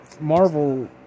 Marvel